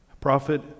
prophet